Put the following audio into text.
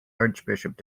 archbishop